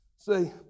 See